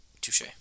Touche